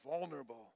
vulnerable